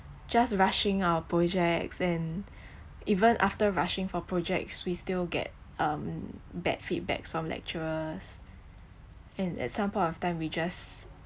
just rushing our projects and even after rushing for projects we still get um bad feedback from lecturers and at some point of time we just